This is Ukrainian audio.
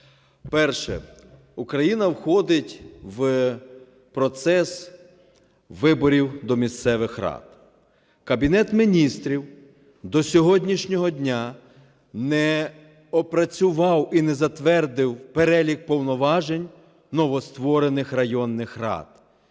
Перше. Україна входить в процес виборів до місцевих рад. Кабінет Міністрів до сьогоднішнього дня не опрацював і не затвердив перелік повноважень новостворених районних рад.